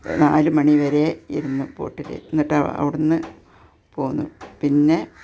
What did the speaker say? നാലുമണിവരെ ഇരുന്നു ബോട്ടിൽ എന്നിട്ടവിടുന്ന് പോന്നു പിന്നെ